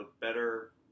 better